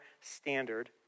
standard